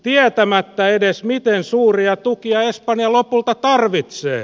tietämättä edes miten suuria tukia espanja lopulta tarvitsee